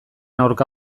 aurka